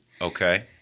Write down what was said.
Okay